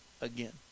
again